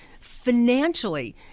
financially